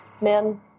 Men